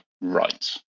right